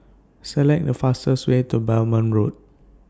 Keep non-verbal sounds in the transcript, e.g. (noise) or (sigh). Select The fastest Way to (unintelligible) Road